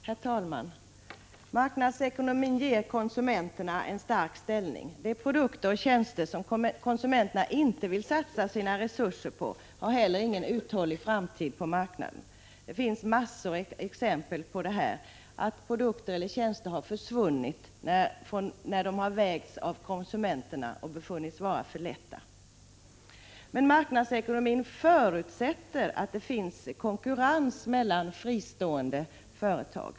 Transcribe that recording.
Herr talman! Marknadsekonomin ger framför allt konsumenterna en stark ställning. De produkter eller tjänster som konsumenterna inte vill satsa sina resurser på har inte heller någon uthållig framtid på marknaden. Det finns mängder av exempel på att produkter eller tjänster försvunnit från marknaden då de vägts av konsumenterna och befunnits för lätta. Men marknadsekonomin förutsätter att det finns konkurrens mellan fristående företag.